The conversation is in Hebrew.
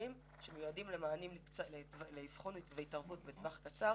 וסגורים שמיועדים לאבחון והתערבות בטווח קצר,